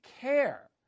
care